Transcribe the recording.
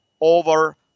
over